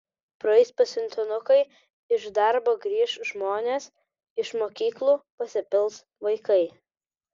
praeis pasiuntinukai iš darbo grįš žmonės iš mokyklų pasipils vaikai